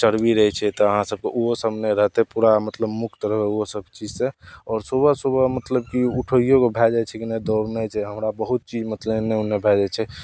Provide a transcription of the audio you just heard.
चर्बी रहय छै तऽ अहाँ सबके उहो सब नहि रहतय पूरा मतलब मुक्त रहु ओसब चीजसँ आओर सुबह सुबह मतलब की उठैयोके भए जाइ छै कने दौड़नाइके हमरा बहुत चीज मतलब एन्ने ओन्ने भए जाइ छै